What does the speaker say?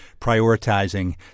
prioritizing